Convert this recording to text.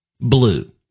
blue